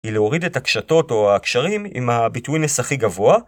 היא להוריד את הקשתות או הקשרים עם הביטווינס הכי גבוה.